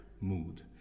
mood